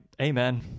amen